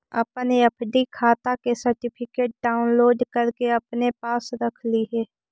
अपन एफ.डी खाता के सर्टिफिकेट डाउनलोड करके अपने पास रख लिहें